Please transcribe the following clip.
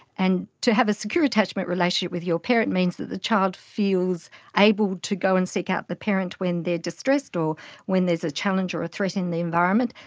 and to have a secure attachment relationship with your parent means that the child feels able to go and seek out the parent when they are distressed or when there is a challenge or a threat in the environment,